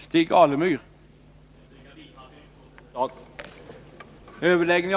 Fru talman!